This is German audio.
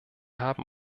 haben